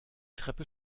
treppe